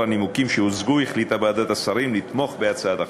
הנימוקים שהוצגו החליטה ועדת השרים לתמוך בהצעת החוק.